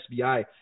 SBI